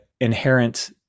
inherent